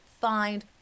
find